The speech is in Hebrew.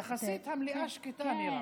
יחסית המליאה שקטה, נירה.